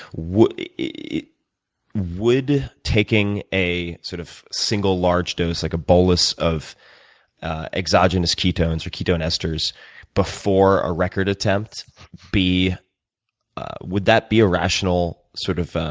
would yeah would taking a sort of single large dose, like a bolus of exogenous ketones or ketone esters before a record attempt be would that be a rational sort of